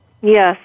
Yes